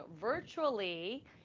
virtually